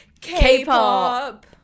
K-pop